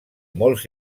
molts